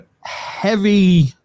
heavy